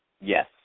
Yes